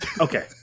okay